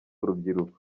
urubyiruko